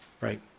right